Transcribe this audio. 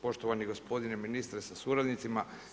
Poštovani gospodine ministre sa suradnicima.